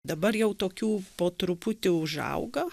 dabar jau tokių po truputį užauga